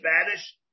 Spanish